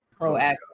proactive